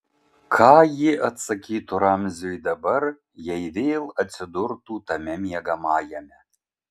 ką ji atsakytų ramziui dabar jei vėl atsidurtų tame miegamajame